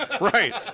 right